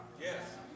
Yes